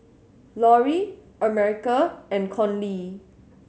Loree America and Conley